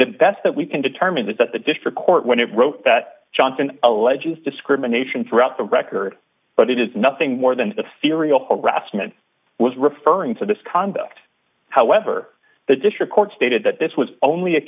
the best that we can determine that the district court when it wrote that johnson alleges discrimination throughout the record but it is nothing more than the theory a whole grassman was referring to this conduct however the district court stated that this was only a